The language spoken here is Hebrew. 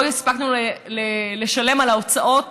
על ההוצאות,